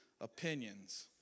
opinions